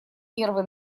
нервы